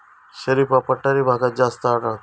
शरीफा पठारी भागात जास्त आढळता